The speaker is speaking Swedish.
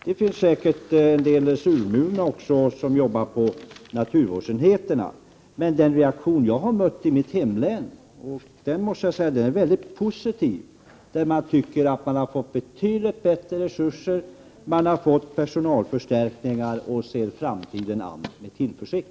Det finns säkert också en del surmulna människor som jobbar på naturvårdsenheterna, men den reaktion jag har mött från mitt hemlän är mycket positiv. Man anser att man har fått betydligt bättre resurser och personalförstärkningar, och man ser framtiden an med tillförsikt.